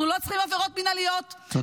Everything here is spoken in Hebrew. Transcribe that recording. אנחנו לא צריכים עבירות מינהליות -- תודה רבה.